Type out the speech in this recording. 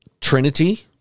trinity